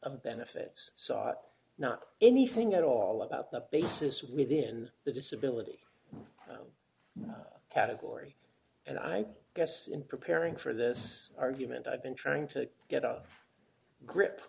of benefits sought not anything at all about the basis within the disability category and i guess in preparing for this argument i've been trying to get a grip